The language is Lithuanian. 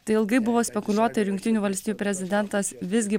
tai ilgai buvo spekuliuota ir jungtinių valstijų prezidentas visgi